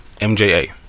MJA